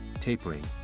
tapering